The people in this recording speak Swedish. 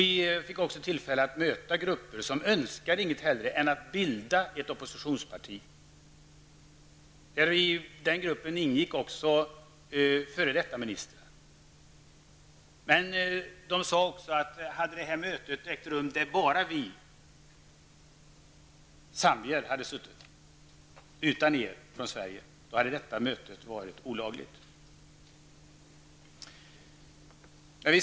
Vi fick också tillfälle att möta en grupp som inget hellre önskade än att bilda ett oppositionsparti. I den gruppen ingick också f.d. ministrar. De sade också att om enbart zambier hade deltagit i mötet, utan oss från Sverige, hade mötet varit olagligt.